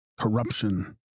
corruption